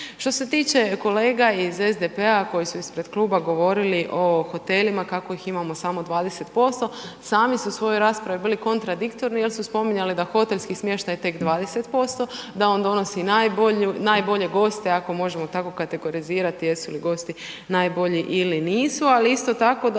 Što se tiče kolega iz SDP-a koji su ispred kluba govorili o hotelima kako ih imamo samo 20%, sami su u svojoj raspravi bili kontradiktorni jer su spominjali da hotelski smještaj je tek 20%, da on donosi najbolje goste ako možemo tako kategorizirati jesu li gosti najbolji ili nisu. Ali isto tako da